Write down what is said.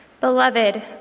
Beloved